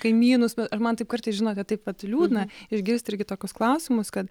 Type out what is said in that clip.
kaimynus ir man taip kartais žinote taip vat liūdna išgirsti irgi tokius klausimus kad